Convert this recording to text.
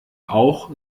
auch